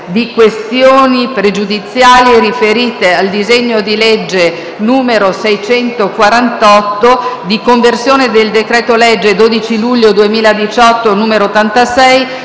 di questioni pregiudiziali riferite al disegno di legge n. 648 di conversione del decreto-legge 12 luglio 208, n. 86,